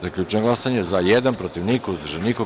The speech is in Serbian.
Zaključujem glasanje: za – jedan, protiv – niko, uzdržanih – nema.